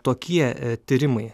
tokie tyrimai